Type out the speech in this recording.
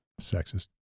sexist